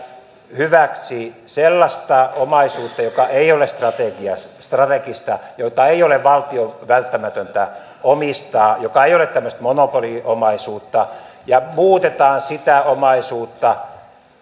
hyväksi sellaista omaisuutta joka ei ole strategista jota ei ole valtion välttämätöntä omistaa joka ei ole tämmöistä monopoliomaisuutta ja muutetaan sitä omaisuutta